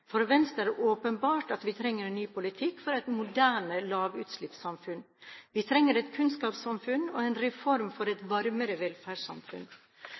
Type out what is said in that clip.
For Venstre er det åpenbart at vi trenger en ny politikk for et moderne lavutslippssamfunn. Vi trenger et kunnskapssamfunn og en reform for et varmere velferdssamfunn.